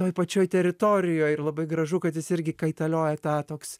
toj pačioj teritorijoj ir labai gražu kad jis irgi kaitalioja tą toks